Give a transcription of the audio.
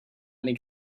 make